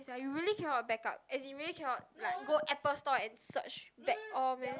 it's like you really cannot backup as in really cannot like go apple store and search back all meh